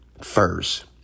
first